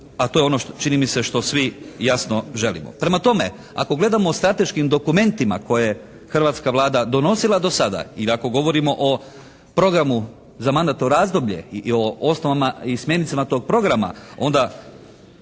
a to je ono što čini mi se svi jasno želimo. Prema tome, ako gledamo o strateškim dokumentima koje je hrvatska Vlada donosila do sada i ako govorimo o programu za mandatno razdoblje i o osnovama i smjernicama tog programa onda